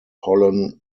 pollen